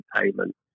payment